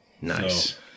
Nice